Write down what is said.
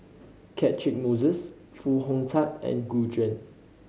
Catchick Moses Foo Hong Tatt and Gu Juan